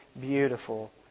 beautiful